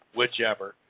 whichever